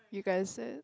you guys said